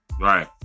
right